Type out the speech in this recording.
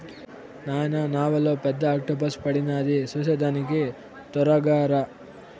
నాయనా నావలో పెద్ద ఆక్టోపస్ పడినాది చూసేదానికి తొరగా రా